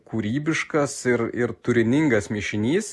kūrybiškas ir ir turiningas mišinys